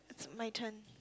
my turn